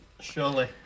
surely